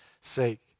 sake